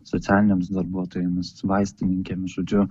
socialinėms darbuotojomis vaistininkėm žodžiu